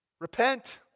Repent